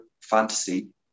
fantasy